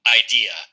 idea